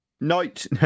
Night